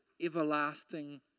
Everlasting